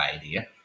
idea